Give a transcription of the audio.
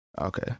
okay